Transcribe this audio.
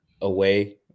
away